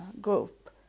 group